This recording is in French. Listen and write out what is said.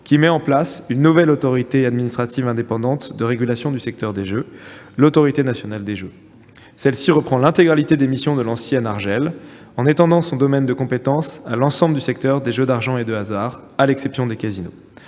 qui met en place une nouvelle autorité administrative indépendante de régulation du secteur des jeux, l'Autorité nationale des jeux (ANJ). Celle-ci reprend l'intégralité des missions de l'ancienne Autorité de régulation des jeux en ligne (ARJEL), en étendant son domaine de compétence à l'ensemble du secteur des jeux d'argent et de hasard, à l'exception des casinos.